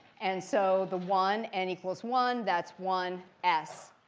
and so the one, n equals one, that's one s.